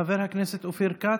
חבר הכנסת אופיר כץ,